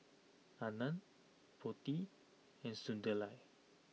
Anand Potti and Sunderlal